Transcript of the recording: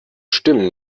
stimmen